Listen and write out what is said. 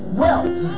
wealth